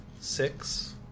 six